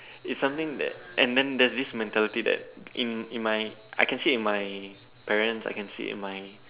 it's something that and then there's this mentally that in my in my I can see in my parents I can see in my